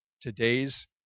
today's